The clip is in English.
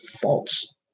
false